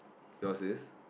Yours is